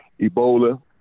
Ebola